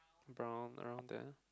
brown around there